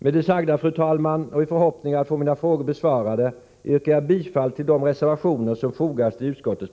Med det sagda, fru talman, och i förhoppning om att få mina frågor besvarade yrkar jag bifall till de reservationer som fogats till utskottets